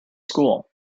school